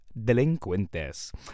Delincuentes